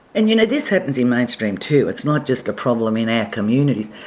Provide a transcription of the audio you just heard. and you know this happens in mainstream too, it's not just a problem in our communities.